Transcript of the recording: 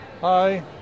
Hi